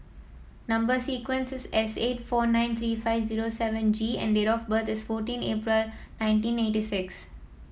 number sequence is S eight four nine three five zero seven G and date of birth is fourteen April nineteen eighty six